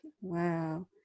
Wow